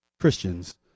Christians